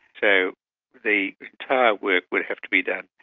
so the entire work would have to be done